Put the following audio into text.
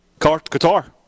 Qatar